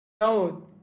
No